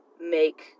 make